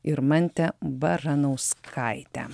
irmante baranauskaite